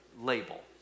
label